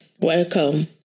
welcome